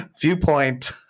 viewpoint